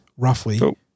roughly